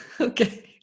Okay